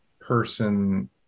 person